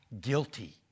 guilty